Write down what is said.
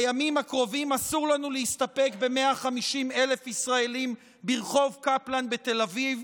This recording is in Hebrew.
בימים הקרובים אסור לנו להסתפק ב-150,000 ישראלים ברחוב קפלן בתל אביב,